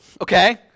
okay